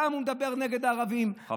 פעם הוא מדבר נגד הערבים,